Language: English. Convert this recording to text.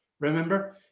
remember